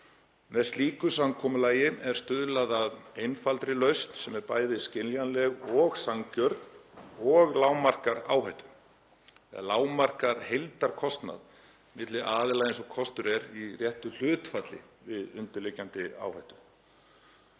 Með slíku samkomulagi er stuðlað að einfaldri lausn sem er bæði skiljanleg og sanngjörn og lágmarkar áhættu, lágmarkar heildarkostnað milli aðila eins og kostur er í réttu hlutfalli við undirliggjandi áhættu.